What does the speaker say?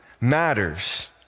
matters